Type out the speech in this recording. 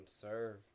serve